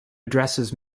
addresses